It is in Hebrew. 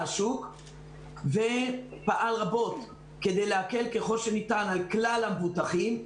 השוק ופעל רבות כדי להקל ככל שניתן על כלל המבוטחים,